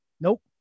Nope